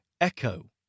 echo